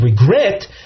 regret